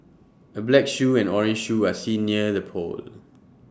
A black shoe and orange shoe are seen near the pole